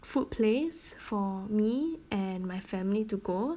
food place for me and my family to go